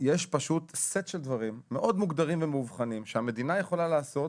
סט של דברים מאוד מוגדרים ומובחנים שהמדינה יכולה לעשות,